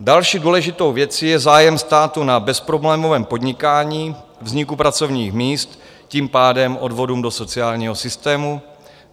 Další důležitou věcí je zájem státu na bezproblémovém podnikání, vzniku pracovních míst, tím pádem odvodům do sociálního systému,